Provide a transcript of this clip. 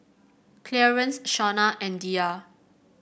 Clearence Shona and Diya